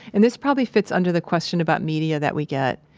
and this probably fits under the question about media that we get.